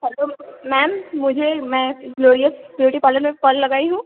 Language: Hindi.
हैलो मैम मुझे मैं ग्लोरियस ब्यूटी पार्लर में कॉल लगाई हूँ